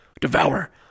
devour